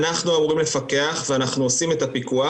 אנחנו אמורים לפקח ואנחנו עושים את הפיקוח,